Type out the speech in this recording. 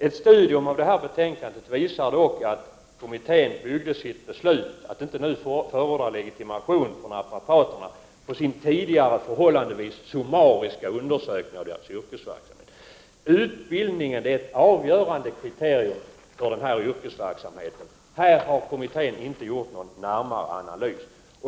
Ett studium av detta betänkande visar dock att kommittén har byggt sitt beslut om att inte nu förorda legitimation för naprapaterna på sin tidigare förhållandevis summariska undersökning av denna yrkesverksamhet. Utbildningen är ett avgörande kriterium när det gäller den här yrkesgruppen. Här har kommittén inte gjort någon närmare analys.